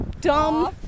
dumb